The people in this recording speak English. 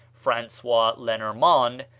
francois lenormant,